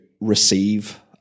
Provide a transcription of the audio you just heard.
receive